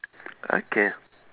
okay